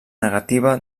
negativa